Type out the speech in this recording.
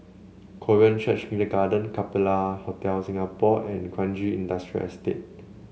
Korean Church Kindergarten Capella Hotel Singapore and Kranji Industrial Estate